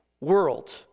world